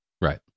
Right